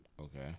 Okay